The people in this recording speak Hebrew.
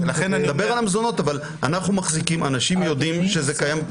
אבל אנשים יודעים שזה קיים.